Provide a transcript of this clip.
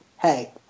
Hey